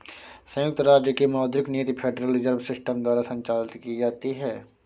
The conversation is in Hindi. संयुक्त राज्य की मौद्रिक नीति फेडरल रिजर्व सिस्टम द्वारा संचालित की जाती है